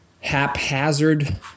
haphazard